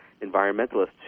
environmentalists